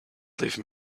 leave